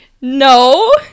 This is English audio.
no